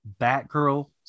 Batgirl